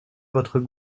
votre